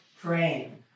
praying